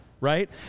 right